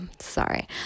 sorry